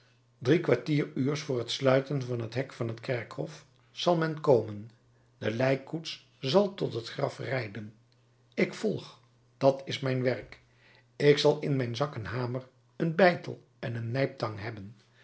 drie kwartier uurs voor het sluiten van het hek van t kerkhof zal men komen de lijkkoets zal tot het graf rijden ik volg dat is mijn werk ik zal in mijn zak een hamer een beitel en een nijptang hebben